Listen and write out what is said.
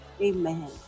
amen